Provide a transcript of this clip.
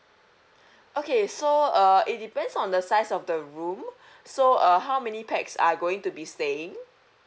okay so uh it depends on the size of the room so uh how many pax are going to be staying